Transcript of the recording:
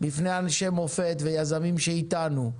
בפני אנשי מופ"ת ויזמים שאתנו.